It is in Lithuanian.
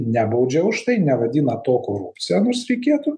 nebaudžia už tai nevadina to korupcija nors reikėtų